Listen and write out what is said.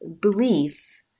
belief